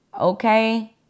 Okay